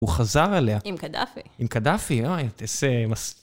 הוא חזר עליה. עם קדאפי. עם קדאפי, אוי, איזה מס...